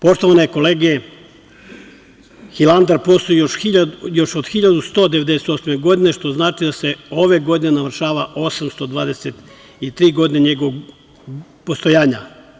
Poštovane kolege, Hilandar postoji još od 1198. godine, što znači da se ove godine navršava 823 godine njegovog postojanja.